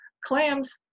clams